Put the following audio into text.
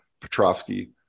Petrovsky